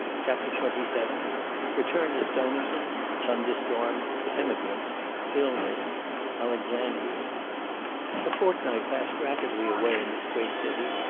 chapter twenty seven return to stonington thunderstorm emigrants illness alexandria a fortnight passed rapidly away in this great city,